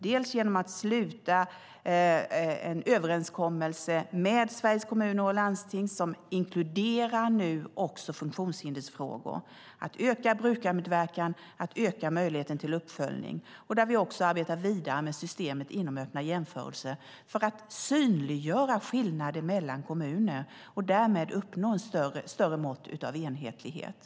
Jag har slutit en överenskommelse med Sveriges Kommuner och Landsting som inkluderar funktionshindersfrågor för att öka brukarmedverkan och möjligheten till uppföljning. Vi arbetar också vidare med systemet inom Öppna jämförelser för att synliggöra skillnader mellan kommuner och därmed uppnå ett större mått av enhetlighet.